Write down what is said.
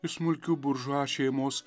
iš smulkių buržua šeimos